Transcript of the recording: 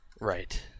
Right